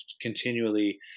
continually